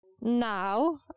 Now